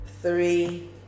Three